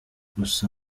gusa